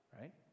right